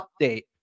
update